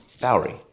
Bowery